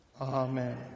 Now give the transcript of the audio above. Amen